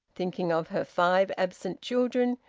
thinking of her five absent children,